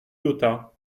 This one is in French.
lota